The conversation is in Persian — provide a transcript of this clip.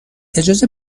اجازه